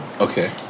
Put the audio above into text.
okay